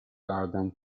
garden